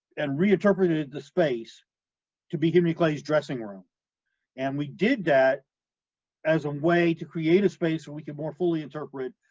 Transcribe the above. and reinterpreted the space to be henry clay's dressing room and we did that as a way to create a space where we could more fully interpret, ah,